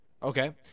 Okay